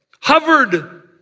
hovered